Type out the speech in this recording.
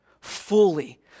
fully